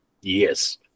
Yes